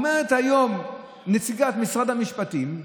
אומרת היום נציגת משרד המשפטים,